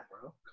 bro